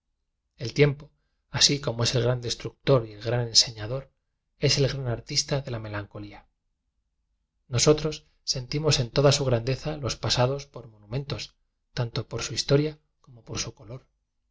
el tiempo así como es el gran destructor y el gran enseñador es el gran artista de la melancolía nosotros sentimos en toda su grandeza los pasados por monumentos tanto por su historia como por su color